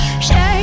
Shame